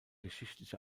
geschichtliche